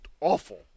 awful